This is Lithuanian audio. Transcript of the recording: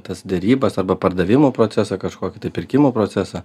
tas derybas arba pardavimo procesą kažkokį tai pirkimų procesą